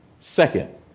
Second